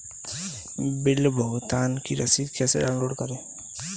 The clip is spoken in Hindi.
बिल भुगतान की रसीद कैसे डाउनलोड करें?